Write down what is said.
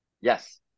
Yes